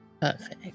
perfect